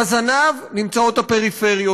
בזנב נמצאות הפריפריות,